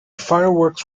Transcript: fireworks